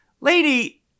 lady